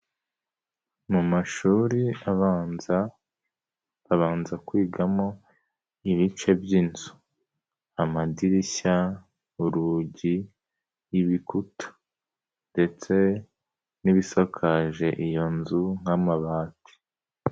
Mu mashuri abanza babanza kwigamo ibice by'inzu, amadirishya, urugi, ibikuta, ndetse n'ibisakaje iyo nzu nk'amabati.